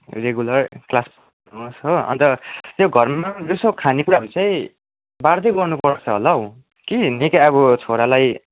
regular class पठाइदिनुहोस हो अन्त त्यो घरमा पनि यसो खाने कुराहरू चाहिँ बार्दै गर्नु पर्छ होलौ कि निकै अबो छोरालाई